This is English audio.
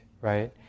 right